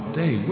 day